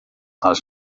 els